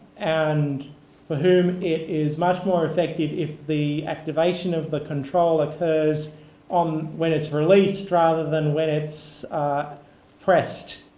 and for whom it is much more effective if the activation of the control occurs on when it's released rather than when it's pressed.